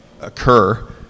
occur